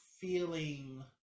feeling